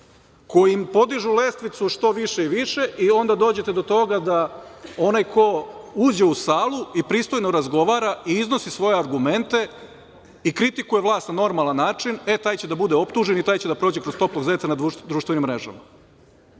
koji im podižu lestvicu što više i više i onda dođete do toga da onaj ko uđe u salu i pristojno razgovara i iznosi svoje argumente i kritikuje vlast na normalan način taj će da bude optužen i taj će da prođe kroz toplog zeca na društvenim mrežama,